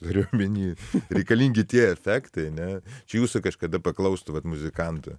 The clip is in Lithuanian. turiu omeny reikalingi tie efektai ne čia jūsų kažkada paklaustų vat muzikantu